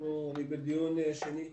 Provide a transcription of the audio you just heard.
אני בדיון שני איתך,